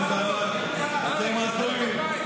מר בן ברק, אתם הזויים.